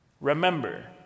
Remember